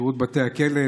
לשירות בתי הסוהר,